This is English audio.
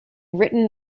written